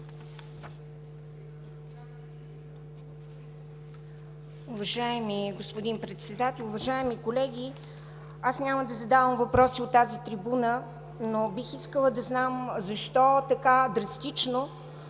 Уважаеми господин Председател, уважаеми колеги! Аз няма да задавам въпроси от тази трибуна, но бих искала да знам защо така драстично